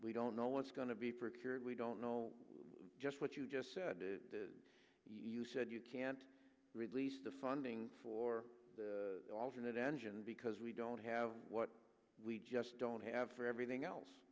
we don't know what's going to be procured we don't know just what you just said to you said you can't release the funding for the alternate engine because we don't have what we just don't have for everything else